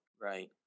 Right